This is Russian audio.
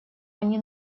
они